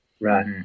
Right